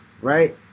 right